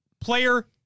player